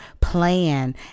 plan